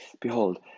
Behold